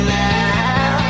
now